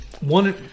one